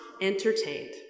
entertained